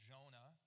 Jonah